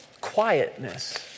quietness